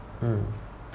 mm